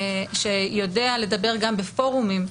שיודע לדבר בפורומים,